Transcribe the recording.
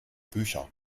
bücher